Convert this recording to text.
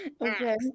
Okay